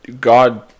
God